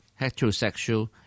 heterosexual